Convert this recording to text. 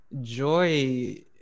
joy